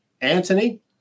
Anthony